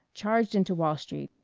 charged into wall street,